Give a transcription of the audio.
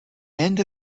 end